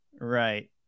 Right